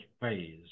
phase